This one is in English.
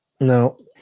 No